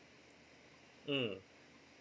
mm